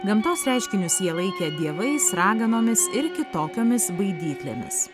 gamtos reiškinius jie laikė dievais raganomis ir kitokiomis baidyklėmis